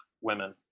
Women